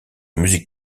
musique